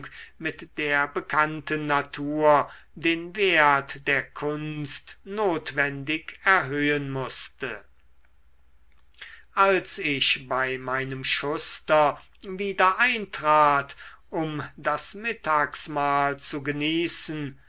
mit der bekannten natur den wert der kunst notwendig erhöhen mußte als ich bei meinem schuster wieder eintrat um das mittagsmahl zu genießen